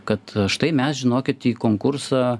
kad štai mes žinokit į konkursą